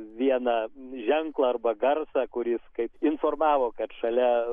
vieną ženklą arba garsą kuris kaip informavo kad šalia